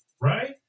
Right